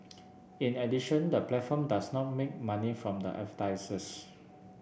in addition the platform does not make money from the advertisers